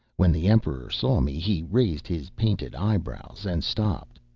when the emperor saw me, he raised his painted eyebrows and stopped.